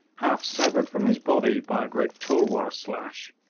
half severed from his body by a great tulwar slash.